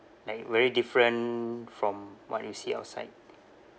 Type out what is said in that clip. like very different from what we see outside